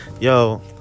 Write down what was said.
Yo